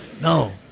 No